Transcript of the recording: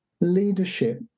leadership